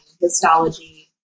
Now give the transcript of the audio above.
histology